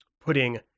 putting